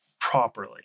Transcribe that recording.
properly